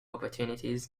opportunities